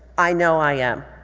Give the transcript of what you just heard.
i know i am.